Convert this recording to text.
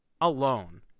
alone